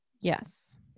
Yes